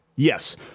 Yes